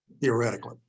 theoretically